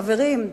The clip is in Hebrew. חברים,